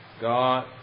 God